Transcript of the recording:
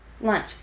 Lunch